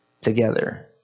together